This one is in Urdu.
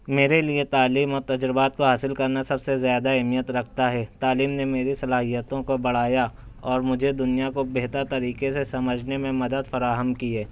میرے لئے تعلیم اور تجربات کو حاصل کرنا سب سے زیادہ اہمیت رکھتا ہے تعلیم نے میری صلاحیتوں کو بڑھایا اور مجھے دنیا کو بہتر طریقے سے سمجھنے میں مدد فراہم کی ہے